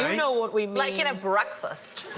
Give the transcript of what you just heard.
know what we mean! like in a breakfast.